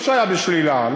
לא שהיה בשלילה,